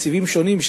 בתקציבים שונים.